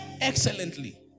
excellently